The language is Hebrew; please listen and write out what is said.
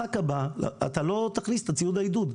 במשחק הבא אתה לא תכניס את ציוד העידוד.